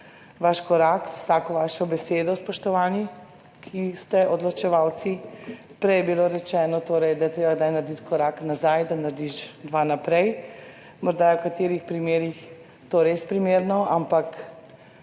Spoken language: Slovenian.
vaš korak, vsako vašo besedo, spoštovani, ki ste odločevalci. Prej je bilo rečeno torej, da je treba kdaj narediti korak nazaj, da narediš dva naprej. Morda je v katerih primerih to res primerno, ampak